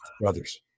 brothers